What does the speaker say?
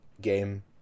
game